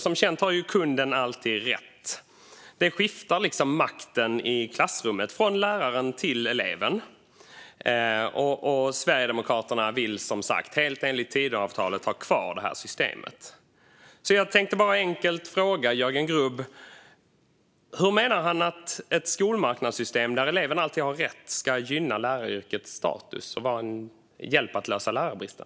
Som känt har kunden alltid rätt, vilket skiftar makten i klassrummet från läraren till eleven. Detta system vill Sverigedemokraterna - helt enligt Tidöavtalet, som sagt - ha kvar. Jag tänkte bara enkelt fråga Jörgen Grubb: Hur menar han att ett skolmarknadssystem där eleven alltid har rätt ska gynna läraryrkets status och vara en hjälp att lösa lärarbristen?